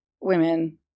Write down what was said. women